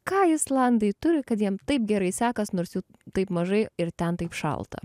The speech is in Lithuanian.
ką islandai turi kad jiem taip gerai sekas nors jų taip mažai ir ten taip šalta